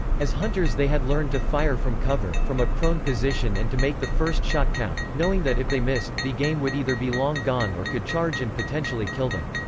as hunters they had learned to fire from cover from a prone position and to make the first shot count, knowing that if they missed, the game would either be long gone or could charge and potentially kill them.